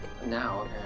Now